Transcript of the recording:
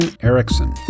Erickson